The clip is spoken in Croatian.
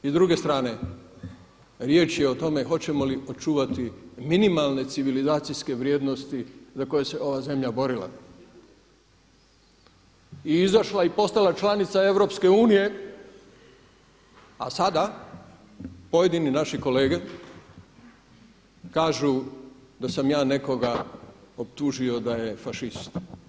I s druge strane, riječ je o tome hoćemo li očuvati minimalne civilizacijske vrijednosti za koje se ova zemlja borila i izašla i postala članica EU, a sada pojedini naši kolege kažu da sam ja nekoga optužio da je fašist.